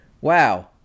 wow